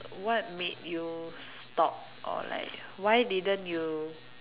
what made you stop or like why didn't you